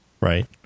right